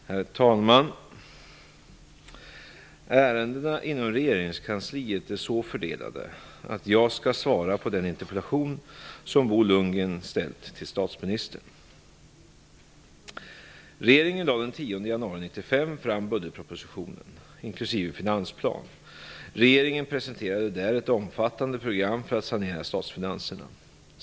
Herr talman! Ärendena inom regeringskansliet är så fördelade att jag skall svara på den interpellation som Bo Lundgren ställt till statsministern. Regeringen lade den 10 januari 1995 fram budgetpropositionen, inklusive finansplan. Regeringen presenterade där ett omfattande program för att sanera statsfinanserna.